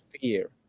fear